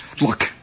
look